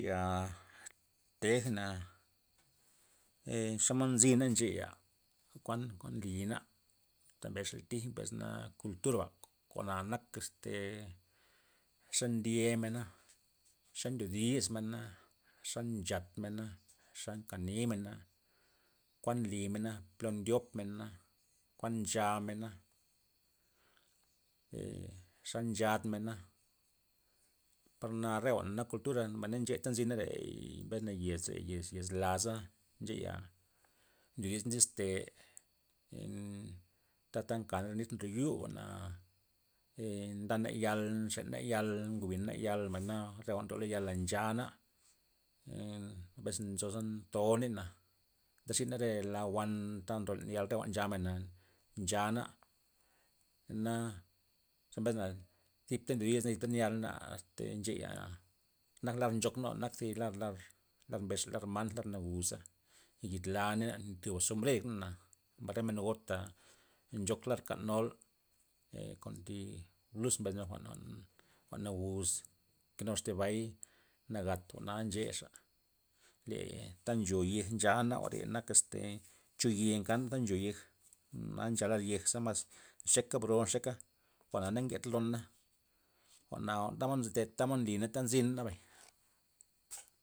Ncheya tejna ee xomod nzyna ncheya kuan- kuan nlyna, ta mbes xa tij mbesna kulturaba' jwa'na nak este xe ndyemena, xe ndyo dismena, xa nchatmena, xa nkanimena, kuan nlymena po ndyopmena, kuan nchamena, ee xa nchadmena, par na re jwa'na nak kultura mbay na nche ta nzynare mbesna yez nare yez- yez laza, ncheya ndo- ndo disna diste' emm- tata nkana re nit nryo yuba'na ee ndana yal, nxena yal, ngobina yal mbay na re jwa'n ndolo lo yala' nchana emm- abes ze ntoneyna ndaxina re la wan ta ndo len yal re jwa'n ta nchanaba nchana', zena ze mbesna zipta ndo disna zipta nyana este ncheya xa nak lar nchoknaba zi lar- lar lar mbesxa lar mant lar naguza, yid lana' nera ndyob zombrer na mbay re men ngota, nchok re lar kan nol ee kon thi bluz mbesmen jwa'n- jwa'n n naguz nke nuxa thi bay nagat jwa'na nchexa le ta ncho yej nchanaba ke nak este choye ta nkanaba ncho yej, jwa'na ncha lar yej ze mas nxeka bro nxeka jwa'na na nked lon'na, jwa'na jwa'n tamod nzite tamod nlyna ta nzina nabay.